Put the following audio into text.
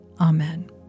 Amen